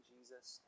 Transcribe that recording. Jesus